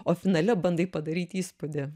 o finale bandai padaryt įspūdį